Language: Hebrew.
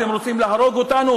אתם רוצים להרוג אותנו